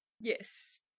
Yes